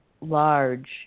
large